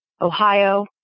Ohio